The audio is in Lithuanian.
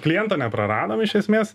kliento nepraradom iš esmės